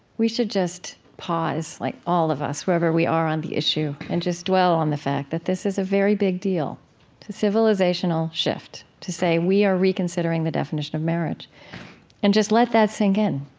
we should just pause, like all of us, wherever we are on the issue, and just dwell on the fact that this is a very big deal, the civilizational shift to say we are reconsidering the definition of marriage and just let that sink in